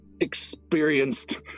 experienced